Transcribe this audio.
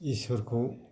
इसोरखौ